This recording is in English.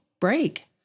break